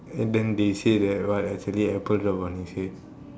and then they say that what actually apple drop on his head